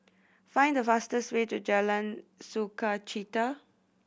find the fastest way to Jalan Sukachita